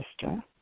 sister